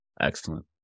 excellent